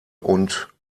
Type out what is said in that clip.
und